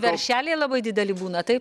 veršeliai labai dideli būna taip